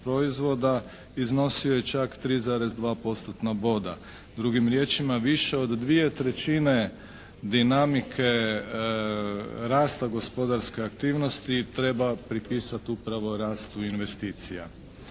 iznosio je čak 3,2 postotna boda. Drugim riječima, više od dvije trećine dinamike rasta gospodarske aktivnosti treba pripisati upravo rastu investicija.